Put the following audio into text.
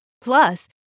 Plus